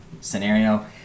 scenario